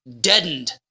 deadened